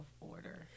order